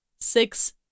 six